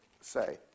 say